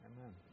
Amen